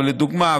לדוגמה,